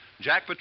Jack